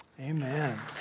Amen